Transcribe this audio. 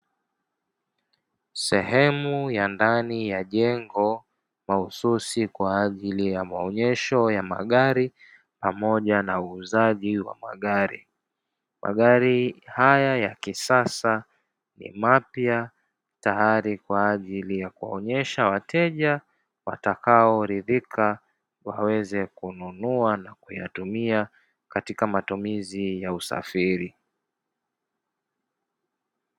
Sehemu ya ndani ya jengo mahususi kwa ajili ya maonyesho ya magari pamoja na uuzaji wa magari. Magari haya ya kisasa ni mapya tayari kwa ajili ya kuwaonyesha wateja watakaoridhika waweze kununua na kuyatumia katika matumizi ya usafiri.